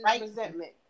resentment